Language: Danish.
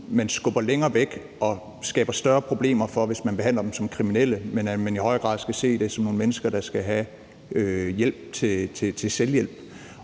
man skubber længere væk og skaber større problemer for, hvis man behandler dem som kriminelle, men at man i højere grad skal se det som nogle mennesker, der skal have hjælp til selvhjælp.